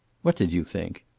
what did you think?